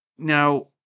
Now